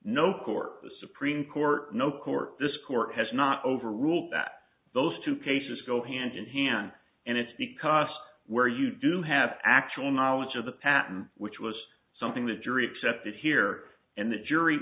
no court the supreme court no court this court has not over ruled that those two cases go hand in hand and it's because where you do have actual knowledge of the pattern which was something the jury accepted here and the jury